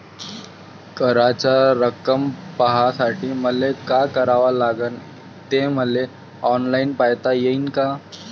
कराच रक्कम पाहासाठी मले का करावं लागन, ते मले ऑनलाईन पायता येईन का?